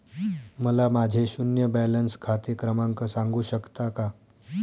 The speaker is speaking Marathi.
मला माझे शून्य बॅलन्स खाते क्रमांक सांगू शकता का?